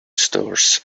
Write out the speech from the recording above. stores